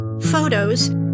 photos